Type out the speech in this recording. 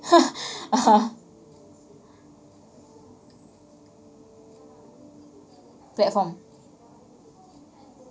(uh huh) platform